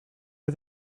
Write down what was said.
are